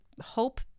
hope